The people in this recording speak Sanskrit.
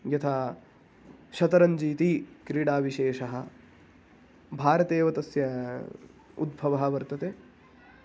यथा शतरञ्ज् इति क्रीडाविशेषः भारते एव तस्य उद्भवः वर्तते